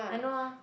I know ah